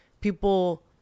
people